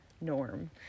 Norm